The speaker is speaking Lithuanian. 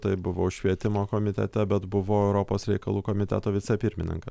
tai buvau švietimo komitete bet buvau europos reikalų komiteto vicepirmininkas